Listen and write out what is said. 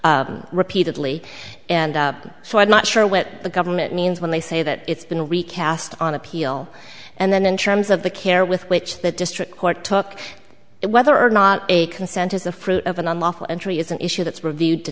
two repeatedly and so i'm not sure what the government means when they say that it's been recast on appeal and then in terms of the care with which the district court took it whether or not a consent is the fruit of an unlawful entry is an issue that's reviewed to